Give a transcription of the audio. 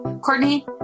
Courtney